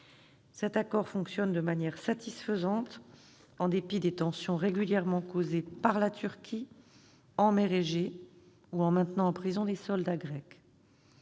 Cet accord fonctionne de façon satisfaisante, en dépit des tensions régulièrement causées par la Turquie, en mer Égée ou lorsqu'elle maintient en prison des soldats grecs.